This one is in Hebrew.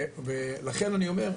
לכן אני אומר,